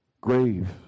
Grave